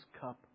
cup